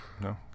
No